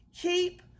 Keep